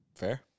fair